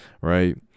right